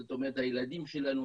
זאת אומרת הילדים שלנו,